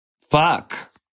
Fuck